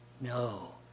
No